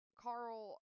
Carl